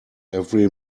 every